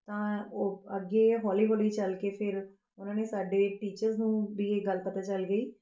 ਤਾਂ ਉਹ ਅੱਗੇ ਹੌਲੀ ਹੌਲੀ ਚੱਲ ਕੇ ਫਿਰ ਉਹਨਾਂ ਨੇ ਸਾਡੇ ਟੀਚਰਜ਼ ਨੂੰ ਵੀ ਇਹ ਗੱਲ ਪਤਾ ਚੱਲ ਗਈ